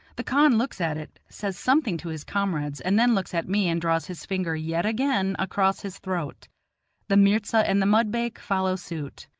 the khan looks at it, says something to his comrades, and then looks at me and draws his finger yet again across his throat the mirza and the mudbake follow suit.